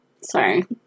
Sorry